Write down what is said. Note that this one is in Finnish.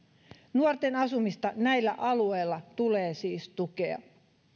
nuorten asumista näillä alueilla tulee siis tukea